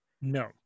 No